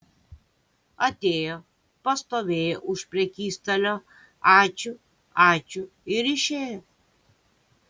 atėjo pastovėjo už prekystalio ačiū ačiū ir išėjo